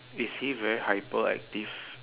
is he very hyperactive